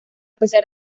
pesar